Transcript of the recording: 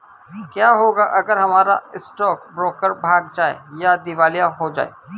क्या होगा अगर हमारा स्टॉक ब्रोकर भाग जाए या दिवालिया हो जाये?